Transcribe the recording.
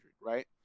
right